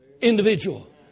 individual